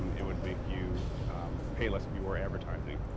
um it would make you pay less if you were advertising.